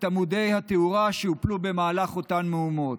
עמודי התאורה שהופלו במהלך אותן מהומות.